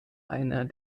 einer